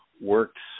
works